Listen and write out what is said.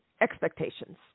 expectations